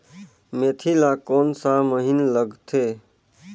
मेंथी ला कोन सा महीन लगथे?